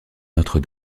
notre